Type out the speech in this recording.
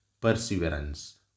perseverance